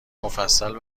مفصل